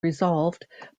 resolved